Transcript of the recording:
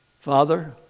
Father